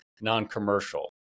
non-commercial